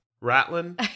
Ratlin